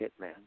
Hitman